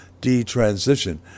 detransition